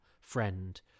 friend